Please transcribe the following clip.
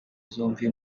zombi